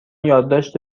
یادداشت